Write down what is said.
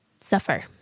suffer